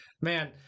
Man